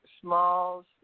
Smalls